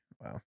Wow